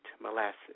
molasses